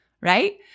right